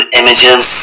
images